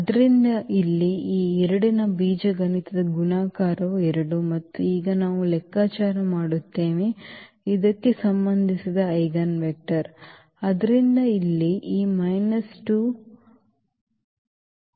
ಆದ್ದರಿಂದ ಇಲ್ಲಿ ಈ 2 ನ ಬೀಜಗಣಿತದ ಗುಣಾಕಾರವು 2 ಮತ್ತು ಈಗ ನಾವು ಲೆಕ್ಕಾಚಾರ ಮಾಡುತ್ತೇವೆ ಇದಕ್ಕೆ ಸಂಬಂಧಿಸಿದ ಐಜೆನ್ ವೆಕ್ಟರ್